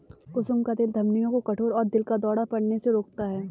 कुसुम का तेल धमनियों को कठोर और दिल का दौरा पड़ने से रोकता है